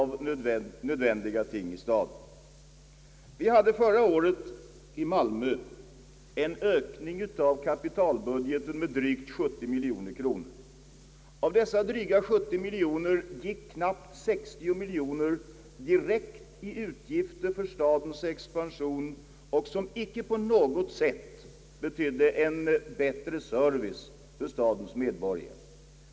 Vi hade förra året i Malmö en ökning av kapitalbudgeten med drygt 70 miljoner kronor. Av dessa 70 miljoner kronor gick knappt 60 miljoner kronor direkt till utgifter för stadens expansion, och detta innebar icke någon nämnvärd bättre service för stadens medborgare.